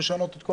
שמשנות את כול